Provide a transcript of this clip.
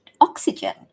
oxygen